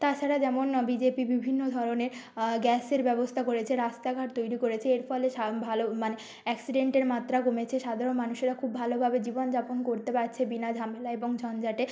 তাছাড়া যেমন বিজেপি বিভিন্ন ধরনের গ্যাসের ব্যবস্থা করেছে রাস্তাঘাট তৈরি করেছে এর ফলে ভালো মানে অ্যাক্সিডেন্টের মাত্রা কমেছে সাধারণ মানুষেরা খুব ভালোভাবে জীবনযাপন করতে পারছে বিনা ঝামেলা এবং ঝঞ্ঝাটে